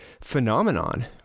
phenomenon